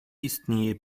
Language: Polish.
istnieje